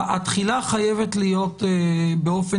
התחילה חייבת להיות כך,